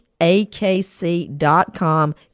akc.com